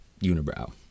unibrow